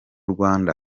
rwanda